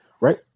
right